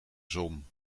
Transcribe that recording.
zon